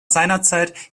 seinerzeit